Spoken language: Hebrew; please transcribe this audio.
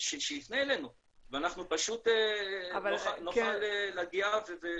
שיפנו אלינו ואנחנו נוכל להגיע ולשתף פעולה.